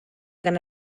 gan